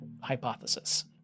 hypothesis